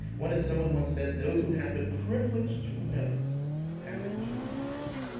one is someone once said, those who have the privilege to know have the duty to act.